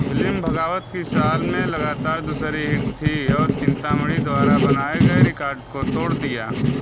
film भगावत की साल में लगातार दूसरी हिट थी और चिंतामणि द्वारा बनाए गए रिकॉर्ड को तोड़ दिया